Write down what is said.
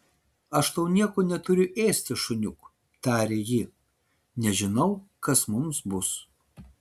aš tau nieko neturiu ėsti šuniuk tarė ji nežinau kas mums bus